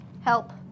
Help